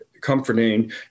comforting